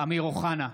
אמיר אוחנה,